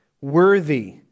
worthy